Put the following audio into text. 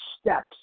steps